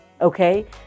Okay